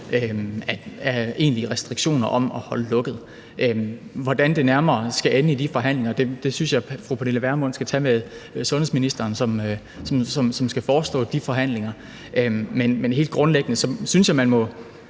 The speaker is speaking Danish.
af egentlige restriktioner om at holde lukket. Hvordan det nærmere skal ende i de forhandlinger, synes jeg fru Pernille Vermund skal tage med sundhedsministeren, som skal forestå de forhandlinger. Men helt grundlæggende synes jeg, man må